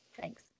Thanks